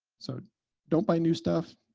so don't buy new stuff.